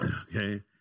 Okay